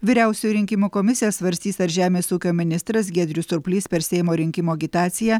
vyriausioji rinkimų komisija svarstys ar žemės ūkio ministras giedrius surplys per seimo rinkimų agitaciją